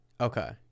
Okay